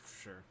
sure